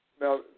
Now